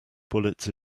bullets